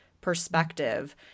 perspective